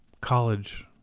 college